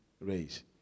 raise